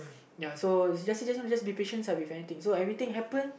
ya so just just be patient lah with anything so everything happen